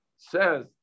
says